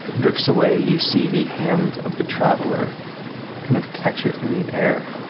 drifts away, you see the hand of the traveler kind of catch it in the air